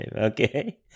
Okay